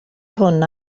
hwn